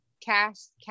cast